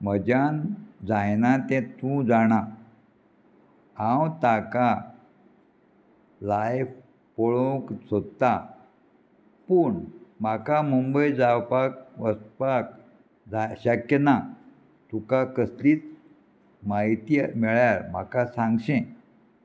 म्हज्यान जायना तें तूं जाणा हांव ताका लायव पळोवंक सोदतां पूण म्हाका मुंबय जावपाक वचपाक शक्य ना तुका कसलीच म्हायती मेळ्ळ्यार म्हाका सांगचें